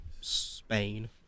Spain